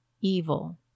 evil